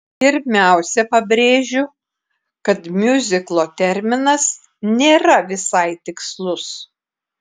pirmiausia pabrėžiu kad miuziklo terminas nėra visai tikslus